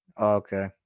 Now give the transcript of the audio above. Okay